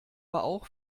auch